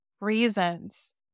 reasons